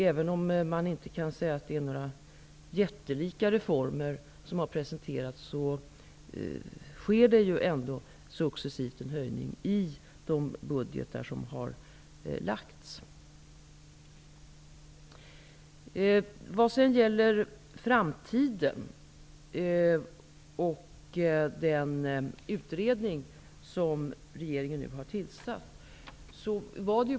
Även om det inte är några jättelika reformer som har presenterats, sker det ändå successivt en höjning i de budgetar som har lagts fram. Vidare har vi frågan om framtiden och den utredning som regeringen har tillsatt.